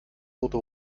tote